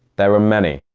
there are many,